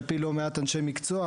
שעל פי לא מעט אנשי מקצוע,